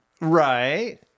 Right